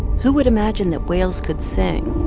who would imagine that whales could sing?